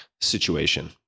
situation